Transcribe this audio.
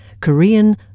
Korean